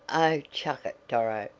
oh, chuck it, doro!